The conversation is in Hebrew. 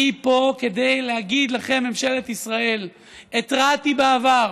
אני פה כדי להגיד לכם, ממשלת ישראל: התרעתי בעבר